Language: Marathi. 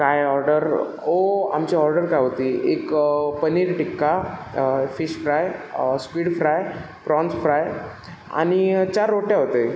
काय ऑर्डर हो आमची ऑर्डर काय होती एक paneer tikka fish fry squid fry prawns fry आणि चार रोट्या होत आहे